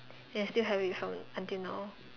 then I still have it from until now